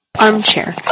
Armchair